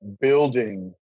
building